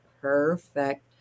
Perfect